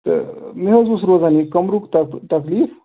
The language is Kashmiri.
تہٕ مےٚ حظ اوس روزان یہِ کَمرُک تَک تَکلیٖف